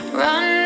run